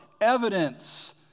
evidence